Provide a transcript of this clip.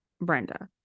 Brenda